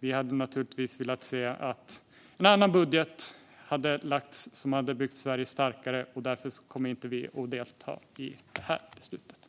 Vi hade naturligtvis velat se att en annan budget hade lagts fram som hade byggt Sverige starkare. Därför kommer vi inte att delta i beslutet.